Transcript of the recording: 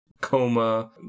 coma